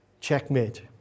checkmate